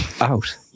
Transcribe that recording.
out